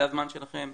זה הזמן שלכם,